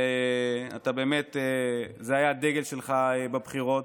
באמת, זה היה הדגל שלך בבחירות.